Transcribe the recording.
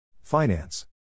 Finance